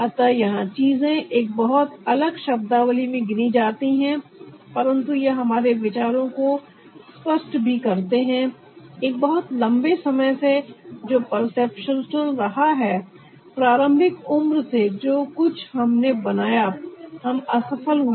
अतः यहां चीजें एक बहुत अलग शब्दावली में गिनी जाती है परंतु यह हमारे विचारों को स्पष्ट भी करते हैं एक बहुत लंबे समय से जो परसेप्शन रहा है प्रारंभिक उम्र से जो कुछ हमने बनाया हम असफल हुए